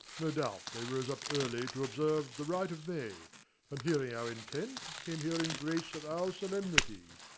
no doubt they rose up early to observe the rite of may and, hearing our intent, came here in grace of our solemnity.